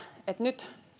nyt